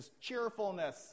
cheerfulness